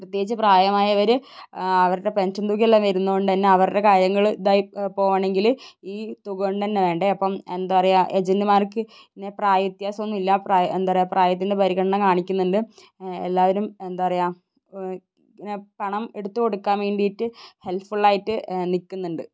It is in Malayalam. പ്രത്യേകിച്ച് പ്രായമായവർ അവരുടെ പെൻഷൻ തുകയെല്ലാം വരുന്നതുകൊണ്ട് തന്നെ അവരുടെ കാര്യങ്ങൾ ഇതായി പോകണമെങ്കിൽ ഈ തുകകൊണ്ടുതന്നെ വേണ്ടേ അപ്പം എന്താ പറയുക ഏജന്റുമാർക്ക് ഇങ്ങനെ പ്രായ വ്യത്യാസംഒന്നുമില്ല എന്താ പറയുക പ്രായത്തിൻ്റെ പരിഗണന കാണിക്കുന്നുണ്ട് എല്ലാവരും എന്താ പറയുക ഇങ്ങനെ പണം എടുത്തു കൊടുക്കാൻ വേണ്ടിയിട്ട് ഹെല്പ്ഫുള്ളായിട്ട് നിൽക്കുന്നുണ്ട്